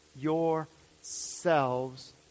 yourselves